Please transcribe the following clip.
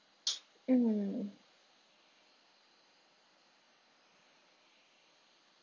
mm